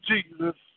Jesus